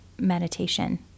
meditation